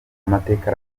amateka